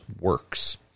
works